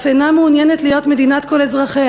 ואף אינה מעוניינת להיות מדינת כל אזרחיה.